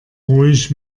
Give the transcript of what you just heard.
ruhig